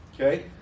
Okay